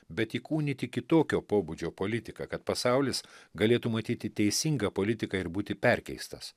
bet įkūnyti kitokio pobūdžio politiką kad pasaulis galėtų matyti teisingą politiką ir būti perkeistas